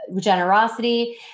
generosity